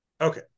Okay